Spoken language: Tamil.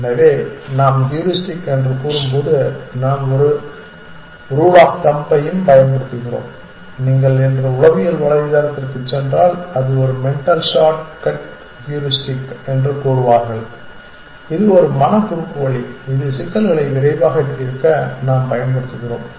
எனவே நாம் ஹூரிஸ்டிக் என்று கூறும்போது நாம் ஒரு ரூல் ஆப் தம்ப்பையும் பயன்படுத்துகிறோம் நீங்கள் இன்று உளவியல் வலைத்தளத்திற்குச் சென்றால் அது ஒரு மென்டல் ஷார்ட் கட் ஹூரிஸ்டிக் என்று கூறுவார்கள் இது ஒரு மன குறுக்குவழி இது சிக்கல்களை விரைவாக தீர்க்க நாம் பயன்படுத்துகிறோம்